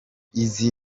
izi